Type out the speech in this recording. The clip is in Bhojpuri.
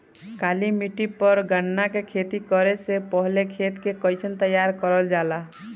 काली मिट्टी पर गन्ना के खेती करे से पहले खेत के कइसे तैयार करल जाला?